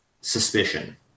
suspicion